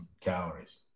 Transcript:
calories